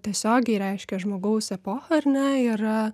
tiesiogiai reiškia žmogaus epochą ar ne yra